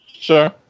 Sure